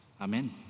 Amen